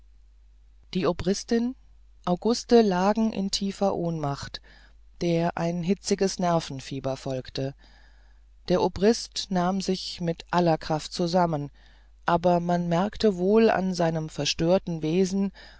die obristin auguste lagen in tiefer ohnmacht der ein hitziges nervenfieber folgte der obrist nahm sich mit aller kraft zusammen aber man merkte wohl an seinem verstörten wesen